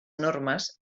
normes